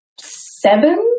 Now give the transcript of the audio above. Seven